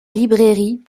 librairie